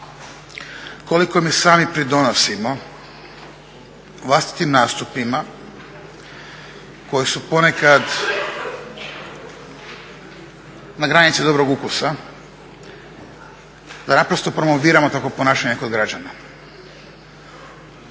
koliko mi sami pridonosimo vlastitim nastupima koji su ponekad na granici dobrog ukusa, da naprosto promovirao takvo ponašanje kod građana.